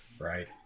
right